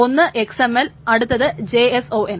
ഒന്ന് XML അടുത്തത് JSON